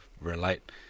relate